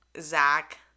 Zach